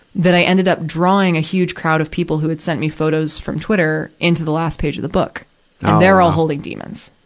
that i ended up drawing a huge crowd of people who had sent me photos from twitter into the last page of the book. and they're all holding demons.